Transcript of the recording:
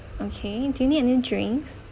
okay do you need any drinks